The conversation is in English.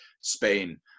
Spain